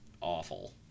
awful